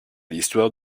l’histoire